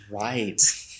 right